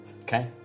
Okay